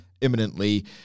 imminently